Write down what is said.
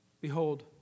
Behold